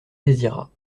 désirat